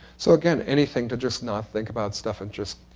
so again, anything to just not think about stuff and just